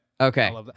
okay